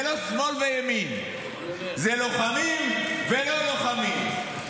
זה לא שמאל וימין, זה לוחמים ולא לוחמים.